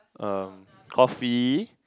um coffee